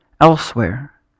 elsewhere